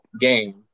game